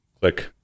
Click